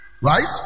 right